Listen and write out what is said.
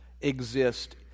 exist